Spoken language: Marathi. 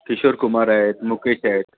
किशोर कुमार आहेत मुकेश आहेत